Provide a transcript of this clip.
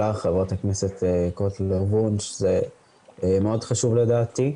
לך, חברת הכנסת קוטלר וונש, זה מאוד חשוב לדעתי.